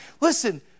Listen